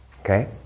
okay